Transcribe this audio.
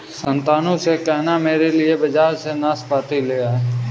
शांतनु से कहना मेरे लिए बाजार से नाशपाती ले आए